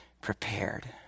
prepared